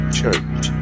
church